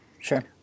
Sure